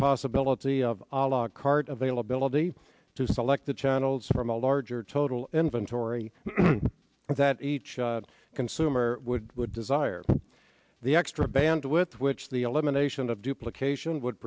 possibility of a lot card availability to select the channels from a larger total inventory that each consumer would would desire the extra bandwidth which the elimination of duplication would